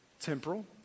temporal